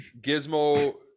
gizmo